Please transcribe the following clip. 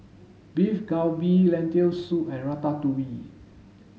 Beef Galbi Lentil soup and Ratatouille